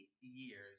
years